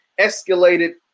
escalated